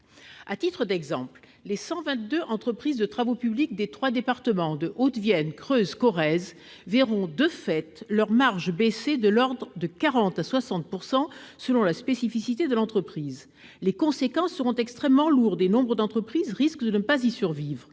À titre d'exemple, les 122 entreprises de travaux publics des trois départements de la Haute-Vienne, de la Creuse et de la Corrèze verront, de fait, leurs marges baisser de l'ordre de 40 % à 60 %, selon la spécificité de l'entreprise. Les conséquences seront extrêmement lourdes et nombre d'entreprises risquent de ne pas y survivre.